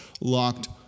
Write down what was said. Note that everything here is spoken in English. LOCKED